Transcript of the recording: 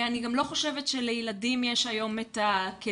אני גם לא חושבת שלילדים יש היום הכלים